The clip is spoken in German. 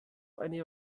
eine